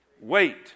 wait